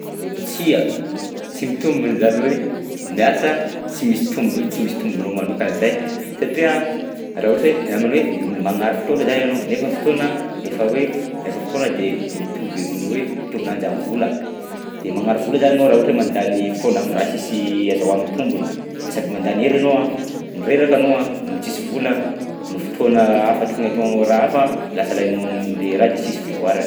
Tsia! Tsy mitombina izany hoe miasa tsy misy tombo- tsy misy tombony manokana zay satria raha ohatra hoe raha mana hoe magnary fotoana zany ianao nefa fotoana efa hoe rehefa fotoana de mitovy amin'ny hoe mitovy lanja am'vola de magnary vola zany ianao raha ohatra hoe mandany fotoana am'raha sisy azahoanao tombony de sady mandany hery ianao a, no reraka anao a no tsisy vola, ny fotoana hafa tokony ataonao raha hafa lasa lanianao am'le raha de sisy fivoarana.